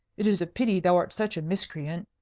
it is a pity thou art such a miscreant,